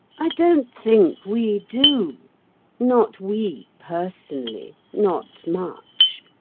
i don't think we do not we, personally, not much.